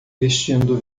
vestindo